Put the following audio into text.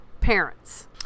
parents